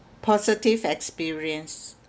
positive experience